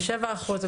47 אחוזים.